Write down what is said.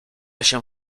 się